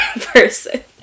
person